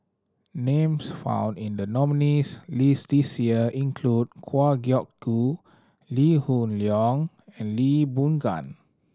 names found in the nominees' list this year include Kwa Geok Goo Lee Hoon Leong and Lee Boon Gan